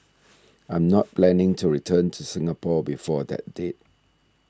I'm not planning to return to Singapore before that date